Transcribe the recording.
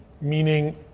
meaning